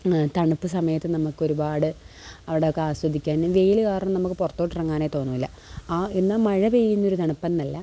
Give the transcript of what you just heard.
തണുപ്പ് സമയത്ത് നമുക്കൊരുപാട് അവിടെയൊക്കെ ആസ്വദിക്കാനും വെയിൽ കാരണം നമുക്ക് പുറത്തോട്ട് ഇറങ്ങാനെ തോന്നില്ല ആ എന്നാൽ മഴപെയ്യുന്നൊരു തണുപ്പ് എന്നല്ല